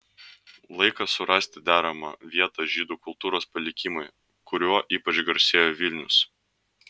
laikas surasti deramą vietą žydų kultūros palikimui kuriuo ypač garsėjo vilnius